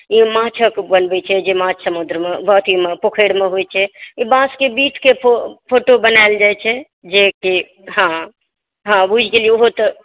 जे माछक बनबैत छै जे माछ पोखरिमे होइत छै ई बांसकेँ बीटकेँ फोटो बनायल जाइत छै जेकि हँ हँ बुझि गेलियै ओहो तऽ